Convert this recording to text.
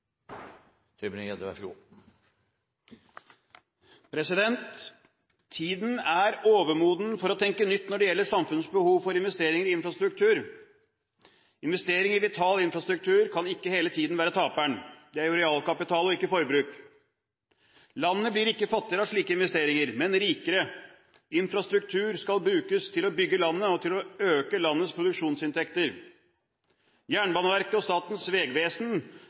den 9. september. Tiden er overmoden for å tenke nytt når det gjelder samfunnets behov for investeringer i infrastruktur. Investering i vital infrastruktur kan ikke hele tiden være taperen. Det er jo realkapital og ikke forbruk. Landet blir ikke fattigere av slike investeringer, men rikere. Infrastruktur skal brukes til å bygge landet og til å øke landets produksjonsinntekter. Jernbaneverket og Statens vegvesen